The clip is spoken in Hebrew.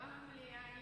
למה לסגור את המליאה?